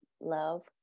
love